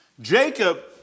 Jacob